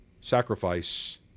sacrifice